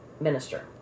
minister